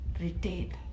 retain